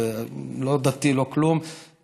לא דתי ולא כלום,